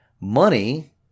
Money